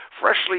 freshly